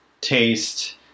taste